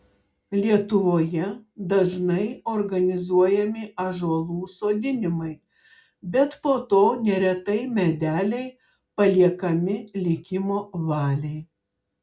lietuvoje dažnai organizuojami ąžuolų sodinimai bet po to neretai medeliai paliekami likimo valiai